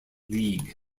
league